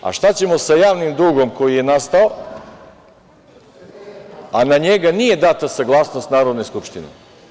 A šta ćemo sa javnim dugom koji je nastao a na njega nije data saglasnost Narodne skupštine?